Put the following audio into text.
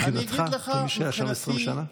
מבחינתך, כמי שהיה שם 20 שנה?